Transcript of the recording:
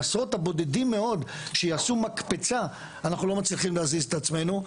העשרות הבודדים מאוד שיעשו מקפצה אנחנו לא מצליחים להזיז את עצמנו?